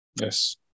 Yes